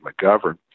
McGovern